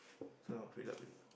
so fill up already